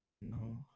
No